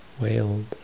wailed